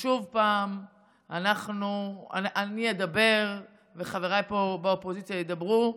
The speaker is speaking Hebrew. ושוב אני אדבר וחבריי פה באופוזיציה ידברו,